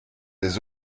des